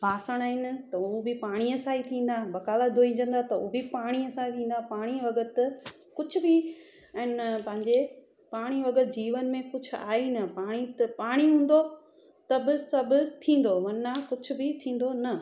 बासण आहिनि त उहे बि पाणीअ सां ई थींदा बकावल धोईजंदा उहे बि पाणीअ सां ई थींदा पाणी बग़रिरित कुछ बि एन पंहिंजे पाणी बग़ैरि जीवन मे कुझु आहे ई न पाणी हूंदो तब सभु थींदो वर्ना कुझ बि थींदो न